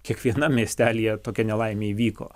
kiekvienam miestelyje tokia nelaimė įvyko